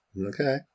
okay